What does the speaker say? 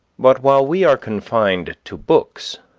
but while we are confined to books,